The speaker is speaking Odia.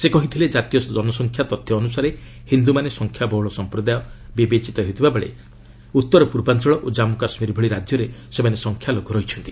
ସେ କହିଥିଲେ ଜାତୀୟ ଜନସଂଖ୍ୟା ତଥ୍ୟ ଅନୁସାରେ ହିନ୍ଦୁମାନେ ସଂଖ୍ୟାବହୁଳ ସମ୍ପ୍ରଦାୟ ବିବେଚିତ ହେଉଥିବାବେଳେ ଉତ୍ତର ପୂର୍ବାଞ୍ଚଳ ଓ କମ୍ମୁ କାଶ୍ମୀର ଭଳି ରାଜ୍ୟରେ ସେମାନେ ସଂଖ୍ୟାଲଘୁ ରହିଛନ୍ତି